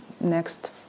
next